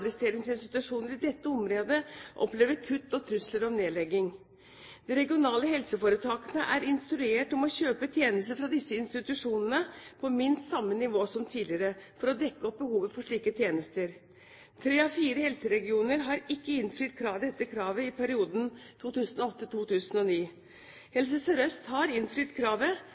i dette området opplever kutt og trusler om nedlegging. De regionale helseforetakene er instruert om å kjøpe tjenester fra disse institusjonene på minst samme nivå som tidligere for å dekke opp behovet for slike tjenester. Tre av fire helseregioner har ikke innfridd dette kravet i perioden fra 2008 til 2009. Helse Sør-Øst har innfridd kravet,